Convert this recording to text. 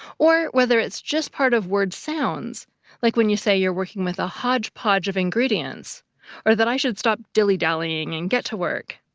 or whether it's just part of word sounds like when you say you're working with a hodge-podge of ingredients or that i should stop dilly-dallying and get to work.